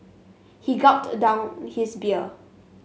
he gulped down his beer